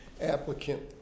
applicant